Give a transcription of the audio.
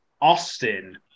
Austin